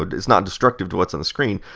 but it's not destructive to what's on the screen.